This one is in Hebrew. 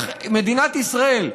מדינת ישראל,